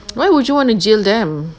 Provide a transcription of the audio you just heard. why would you wanna jail them